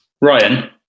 Ryan